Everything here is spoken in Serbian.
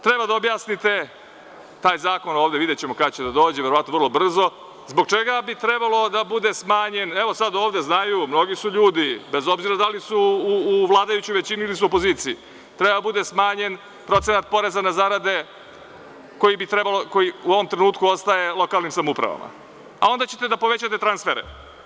Treba da objasnite taj zakon ovde, videćemo kada će da dođe, verovatno vrlo brzo, zbog čega bi trebalo da bude smanjen, evo, sad ovde znaju, mnogi su ljudi, bez obzira da li su u vladajućoj većini ili su u opoziciji, treba da bude smanjen procenat poreza na zarade, koji u ovom trenutku ostaje lokalnim samoupravama, a onda ćete da povećate transfere.